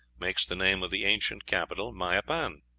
makes the name of the ancient capital mayapan.